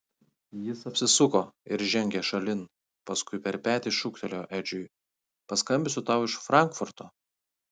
jis apsisuko ir žengė šalin paskui per petį šūktelėjo edžiui paskambinsiu tau iš frankfurto